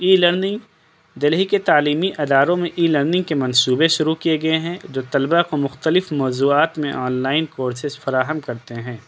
ای learning Delhi کے تعلیمی اداروں میں ای لرننگ کے منصوبے شروع کیے گئے ہیں جو طلبہ کو مختلف موضوعات میں آن لائن کورسز فراہم کرتے ہیں